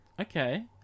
Okay